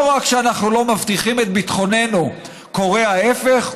לא רק שאנחנו לא מבטיחים את ביטחוננו אלא קורה ההפך,